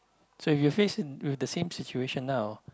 so if you faced with the same situation now